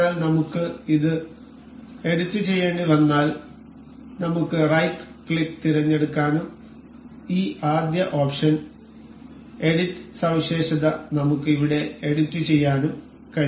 അതിനാൽ നമുക്ക് ഇത് എഡിറ്റുചെയ്യേണ്ടിവന്നാൽ നമുക്ക് റൈറ്റ് ക്ലിക്ക് തിരഞ്ഞെടുക്കാനും ഈ ആദ്യ ഓപ്ഷൻ എഡിറ്റ് സവിശേഷത നമുക്ക് ഇവിടെ എഡിറ്റുചെയ്യാനും കഴിയും